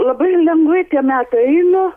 labai lengvai tie metai eina